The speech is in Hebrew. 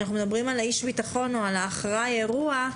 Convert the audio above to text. כשאנחנו מדברים על איש הביטחון או על האחראי על האירוע,